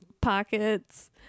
pockets